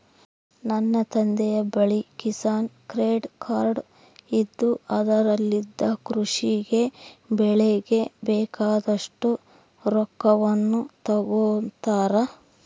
ನನ್ನ ತಂದೆಯ ಬಳಿ ಕಿಸಾನ್ ಕ್ರೆಡ್ ಕಾರ್ಡ್ ಇದ್ದು ಅದರಲಿಂದ ಕೃಷಿ ಗೆ ಬೆಳೆಗೆ ಬೇಕಾದಷ್ಟು ರೊಕ್ಕವನ್ನು ತಗೊಂತಾರ